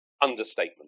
Understatement